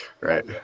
right